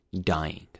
dying